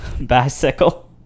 Bicycle